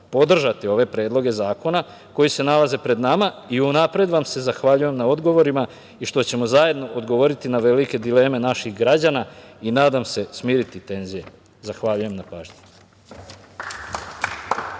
podržati ove predloge zakona koji se nalaze pred nama i unapred vam se zahvaljujem na odgovorima i što ćemo zajedno odgovoriti na velike dileme naših građana i nadam se smiriti tenzije. Zahvaljujem na pažnji.